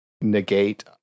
negate